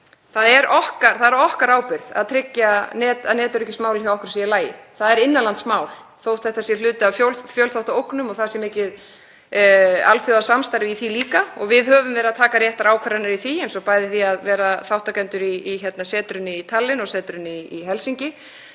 Það er á okkar ábyrgð að tryggja að netöryggismálin hjá okkur séu í lagi. Það er innanlandsmál þótt þetta sé hluti af fjölþáttaógnum og það sé mikið alþjóðasamstarf í því líka. Við höfum verið að taka réttar ákvarðanir í því eins og að vera þátttakendur í bæði setrinu í Tallinn og setrinu í Helsinki,